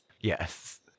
Yes